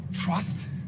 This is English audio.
Trust